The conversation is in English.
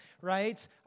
right